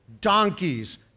donkeys